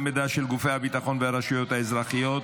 מידע של גופי הביטחון והרשויות האזרחיות,